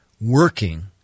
working